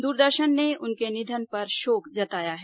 दूरदर्शन ने उनके निधन पर शोक जताया है